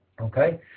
okay